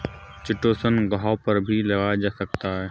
chitosan घावों पर भी लगाया जा सकता है